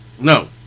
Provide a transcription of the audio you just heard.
No